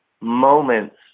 moments